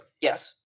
yes